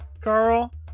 Carl